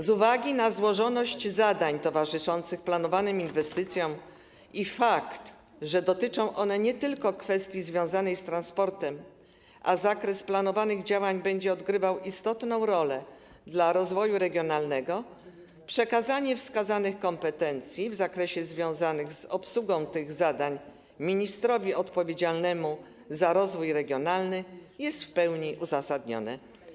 Z uwagi na złożoność zadań towarzyszących planowanym inwestycjom i fakt, że dotyczą one nie tylko kwestii związanej z transportem, a zakres planowanych działań będzie odgrywał istotną rolę dla rozwoju regionalnego, przekazanie wskazanych kompetencji w zakresie związanym z obsługą tych zadań ministrowi odpowiedzialnemu za rozwój regionalny jest w pełni uzasadnione.